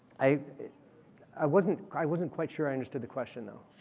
i i wasn't i wasn't quite sure i understood the question. the